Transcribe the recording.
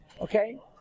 okay